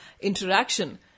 interaction